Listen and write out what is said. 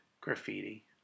graffiti